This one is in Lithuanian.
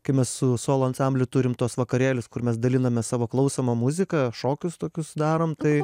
kai mes su solo ansambliu turim tuos vakarėlius kur mes dalinamės savo klausoma muzika šokius tokius darom tai